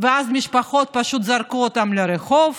ואז המשפחות פשוט זרקו אותם לרחוב,